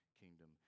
kingdom